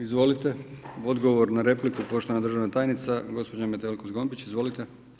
Izvolite, odgovor na repliku poštovana državna tajnica gospođa Metelko Zgombić, izvolite.